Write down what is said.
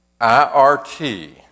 IRT